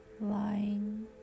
lying